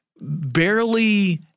barely